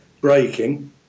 breaking